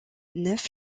neuf